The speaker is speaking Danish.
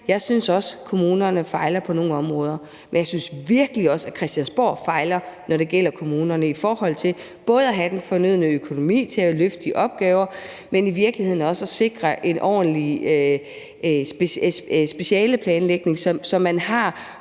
Jeg synes også, kommunerne fejler på nogle områder. Men jeg synes virkelig også, at Christiansborg fejler, når det gælder kommunerne i forhold til både at have den fornødne økonomi til at løfte de opgaver, men i virkeligheden også at sikre en ordentlig specialeplanlægning, så man har